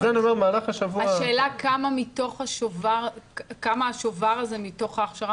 זה במהלך השבוע --- השאלה כמה השובר הזה מתוך ההכשרה